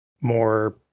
more